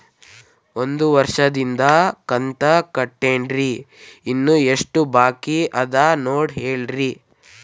ಒಂದು ವರ್ಷದಿಂದ ಕಂತ ಕಟ್ಟೇನ್ರಿ ಇನ್ನು ಎಷ್ಟ ಬಾಕಿ ಅದ ನೋಡಿ ಹೇಳ್ರಿ